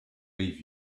leave